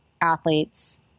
athletes